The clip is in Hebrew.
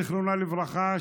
זיכרונה לברכה,